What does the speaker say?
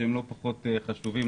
שהיו לא פחות חשובים,